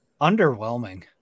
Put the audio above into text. underwhelming